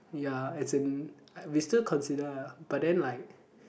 ya as in we still consider uh but then like